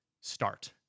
Start